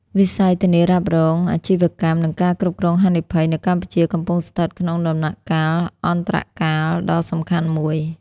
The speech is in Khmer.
វិស័យធានារ៉ាប់រងអាជីវកម្ម និងការគ្រប់គ្រងហានិភ័យ នៅកម្ពុជាកំពុងស្ថិតក្នុងដំណាក់កាលអន្តរកាលដ៏សំខាន់មួយ។